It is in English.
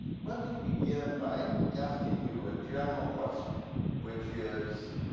let me begin by asking you a general question which is,